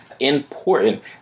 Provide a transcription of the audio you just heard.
important